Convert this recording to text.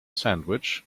sandwich